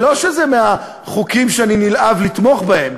זה לא שזה מהחוקים שאני נלהב לתמוך בהם,